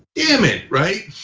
goddammit, right?